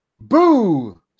Boo